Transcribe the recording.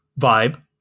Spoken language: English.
vibe